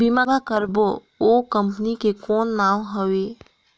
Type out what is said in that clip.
बीमा करबो ओ कंपनी के कौन नाम हवे?